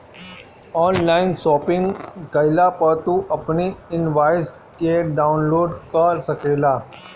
online shopping कईला पअ तू अपनी इनवॉइस के डाउनलोड कअ सकेला